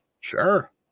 Sure